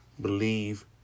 Believe